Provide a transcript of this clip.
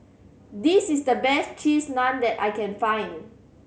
this is the best Cheese Naan that I can find